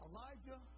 Elijah